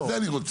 את זה אני רוצה.